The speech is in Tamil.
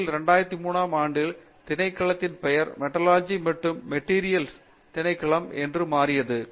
உண்மையில் 2003 ஆம் ஆண்டின் திணைக்களத்தின் பெயர் மெட்டாலர்ஜிகல் மற்றும் மெட்டீரியல் திணைக்களத்திற்கு மாறியது